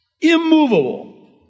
Immovable